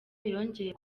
yongeye